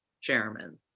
Chairman